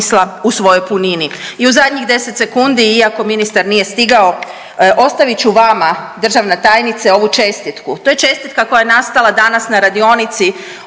u zadnjih deset sekundi, iako ministar nije stigao ostavit ću vama državna tajnice ovu čestitku. To je čestitka koja je nastala danas na radionici